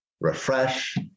Refresh